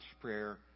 prayer